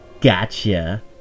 Gotcha